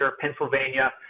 pennsylvania